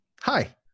Hi